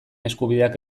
eskubideak